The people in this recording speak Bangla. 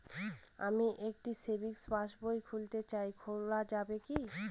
আমি একটি সেভিংস পাসবই খুলতে চাই খোলা যাবে কি?